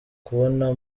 kubona